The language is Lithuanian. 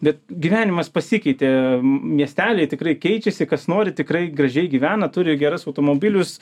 bet gyvenimas pasikeitė miesteliai tikrai keičiasi kas nori tikrai gražiai gyvena turi geras automobilius